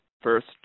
first